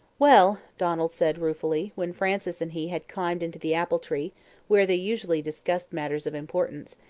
well! donald said ruefully, when frances and he had climbed into the apple-tree where they usually discussed matters of importance.